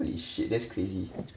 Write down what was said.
holy shit that's crazy